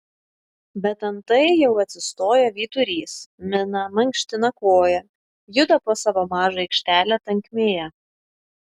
bet antai jau atsistoja vyturys mina mankština koją juda po savo mažą aikštelę tankmėje